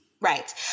Right